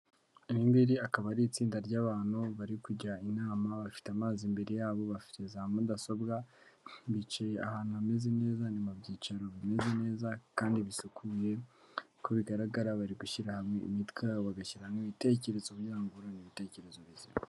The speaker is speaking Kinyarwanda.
Iri ngiri akaba ari itsinda ry'abantu barikujya inama, bafite amazi imbere yabo, bafite za mudasobwa. Bicaye ahantu hameze neza, ni mu byicaro bimeze neza, kandi bisukuye. Uko bigaragara barigushyira hamwe imitwe yabo, bagashyira hamwe ibitekerezo, kugira ngo bungurane ibitekerezo bizima.